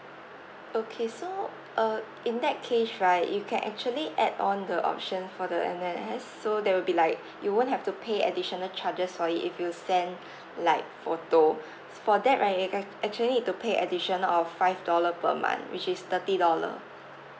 okay so uh in that case right you can actually add on the option for the M_M_S so that will be like you won't have to pay additional charges for it if you send like photo s~ for that right you ac~ actually need to pay additional of five dollar per month which is thirty dollar